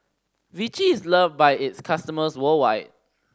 Vichy is loved by its customers worldwide